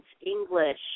English